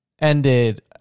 ended